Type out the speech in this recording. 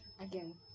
again